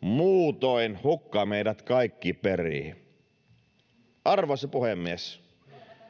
muutoin hukka meidät kaikki perii arvoisa puhemies